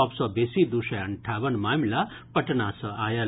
सभ सँ बेसी दू सय अंठावन मामिला पटना सँ आयल